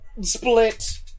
Split